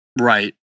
Right